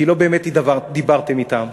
כי לא באמת דיברתם אתם,